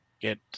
get